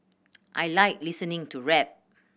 I like listening to rap